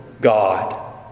God